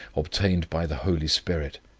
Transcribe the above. obtained by the holy spirit,